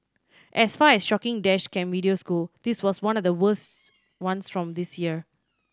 as far as shocking dash cam videos go this was one of the worst ones from this year